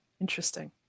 Interesting